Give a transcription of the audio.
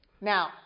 Now